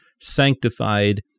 sanctified